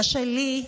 קשה לי,